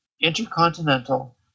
intercontinental